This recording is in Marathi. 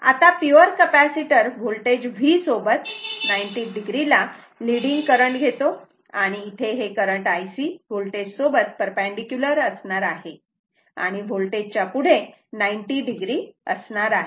आता पिवर कपॅसिटर होल्टेज V सोबत 90 o ला लीडिंग करंट घेतो आणि इथे हे करंट Ic होल्टेज सोबत परपेंडीकुलर असणार आहे आणि वोल्टेज च्या पुढे 90 o असणार आहे